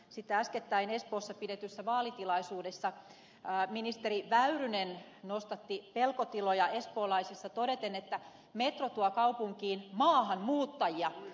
sitten äskettäin espoossa pidetyssä vaalitilaisuudessa ministeri väyrynen nostatti pelkotiloja espoolaisissa todeten että metro tuo kaupunkiin maahanmuuttajia